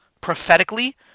prophetically